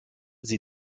sie